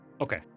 Okay